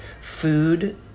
food